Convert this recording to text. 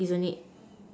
isn't it